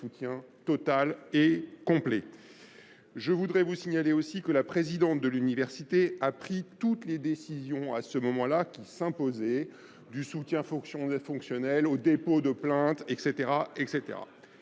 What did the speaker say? Je voudrais vous signaler aussi que la présidente de l'université a pris toutes les décisions à ce moment-là qui s'imposaient du soutien fonctionnel au dépôt de plaintes, etc.